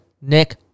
Nick